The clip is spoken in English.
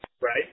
right